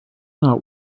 not